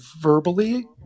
verbally